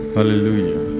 Hallelujah